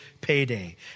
payday